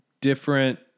different